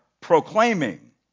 proclaiming